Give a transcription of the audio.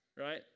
right